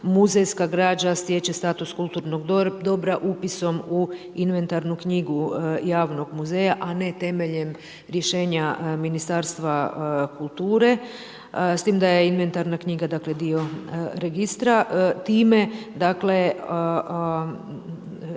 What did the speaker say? muzejska građa stječe status kulturnog dobra upisom u inventarnu knjigu javnog muzeja, a ne temeljem rješenja Ministarstva kulture. S tim da je inventarna knjiga dio registra, time dakle